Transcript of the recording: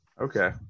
Okay